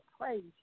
praise